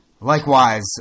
Likewise